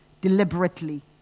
deliberately